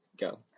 go